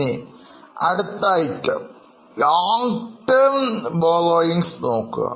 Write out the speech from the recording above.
long term borrowingsനോക്കുക